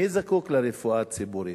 מי זקוק לרפואה הציבורית?